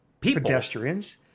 pedestrians